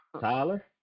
Tyler